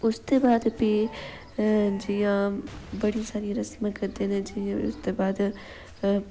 उसदे बाद फ्ही जियां बड़ी सारी रस्मां करदे जियां उसदे बाद